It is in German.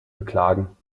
beklagen